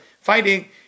fighting